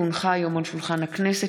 כי הונחה היום על שולחן הכנסת,